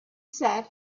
sat